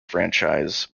franchise